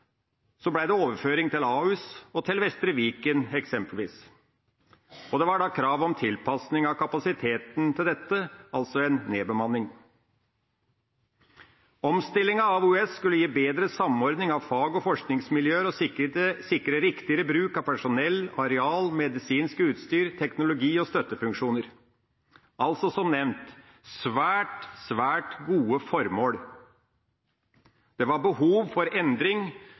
det eksempelvis overføring til Ahus og til Vestre Viken. Det var da krav om tilpasning av kapasiteten til dette, altså en nedbemanning. Omstillinga av OUS skulle gi bedre samordning av fag- og forskningsmiljøer og sikre riktigere bruk av personell, areal, medisinsk utstyr, teknologi og støttefunksjoner – altså, som nevnt, svært, svært gode formål. Det var behov for endring,